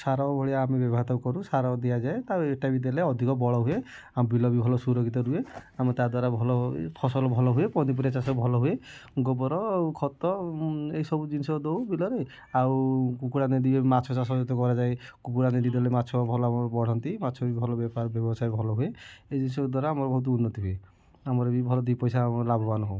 ସାର ଭଳିଆ ଆମେ ତାକୁ ବ୍ୟବହାର ତାକୁ କରୁ ସାର ଦିଆଯାଏ ତାକୁ ଏଟା ବି ଦେଲେ ଅଧିକ ବଳ ହୁଏ ଆମ ବିଲ ବି ଭଲ ସୁରକ୍ଷିତ ରୁହେ ଆମେ ତା ଦ୍ଵାରା ଭଲ ଫସଲ ଭଲ ହୁଏ ପନିପରିବା ଚାଷ ଭଲ ହୁଏ ଗୋବର ଆଉ ଖତ ଏଇସବୁ ଜିନିଷ ଦେଉ ବିଲରେ ଆଉ କୁକୁଡ଼ା ମାଛ ଚାଷ କରାଯାଏ କୁକୁଡ଼ା ନେଣ୍ଡି ଦେଲେ ମାଛ ଭଲ ବଢ଼ନ୍ତି ମାଛ ବି ଭଲ ବେପାର ବ୍ୟବସାୟ ଭଲ ହୁଏ ଏଥି ସବୁ ଦ୍ଵାରା ଆମର ବହୁତ ଉନ୍ନତି ହୁଏ ଆମର ବି ଭଲ ଦୁଇ ପଇସା ଲାଭବାନ ହେଉ